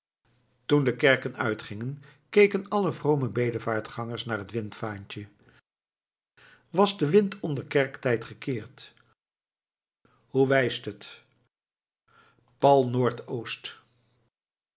toen de kerken uitgingen keken alle vrome bedevaartgangers naar het windvaantje was de wind onder kerktijd gekeerd hoe wijst het pal